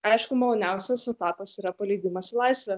aišku maloniausias etapas yra paleidimas į laisvę